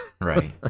right